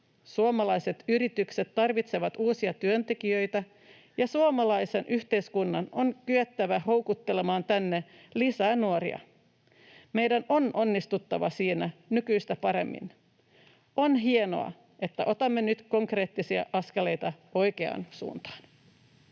Suomalaiset yritykset tarvitsevat uusia työntekijöitä, ja suomalaisen yhteiskunnan on kyettävä houkuttelemaan tänne lisää nuoria. Meidän on onnistuttava siinä nykyistä paremmin. On hienoa, että otamme nyt konkreettisia askeleita oikeaan suuntaan.